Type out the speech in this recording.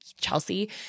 Chelsea